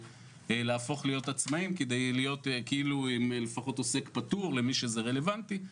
בלהפוך להיות עצמאים כדי להיות לפחות עוסק פטור למי שזה רלוונטי לו.